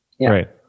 Right